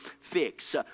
fix